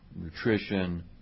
nutrition